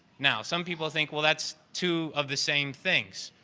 now, some people think, well that's two of the same things.